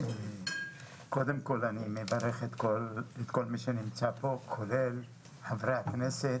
אני מברך את כל מי שנמצא כאן כולל חברי הכנסת,